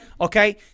Okay